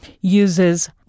uses